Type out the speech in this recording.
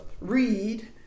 read